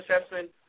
assessment